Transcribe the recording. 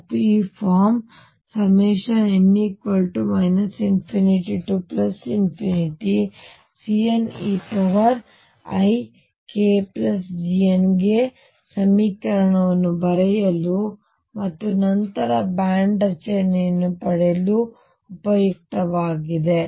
ಮತ್ತು ಈ ಫಾರ್ಮ್n ∞CneikGnx ಗೆ ಸಮೀಕರಣವನ್ನು ಬರೆಯಲು ಮತ್ತು ನಂತರ ಬ್ಯಾಂಡ್ ರಚನೆಯನ್ನು ಪಡೆಯಲು ಉಪಯುಕ್ತವಾಗಿದೆ